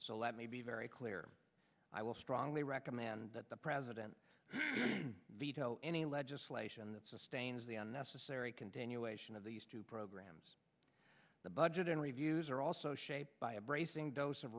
let me be very clear i will strongly recommend that the president veto any legislation that sustains the unnecessary continuation of these two programs the budget and reviews are also shaped by a bracing dose of